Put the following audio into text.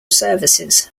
services